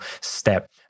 step